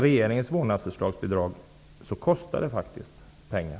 Regeringens vårdnadsbidragsförslag kostar faktiskt pengar.